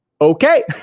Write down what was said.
Okay